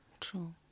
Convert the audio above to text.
True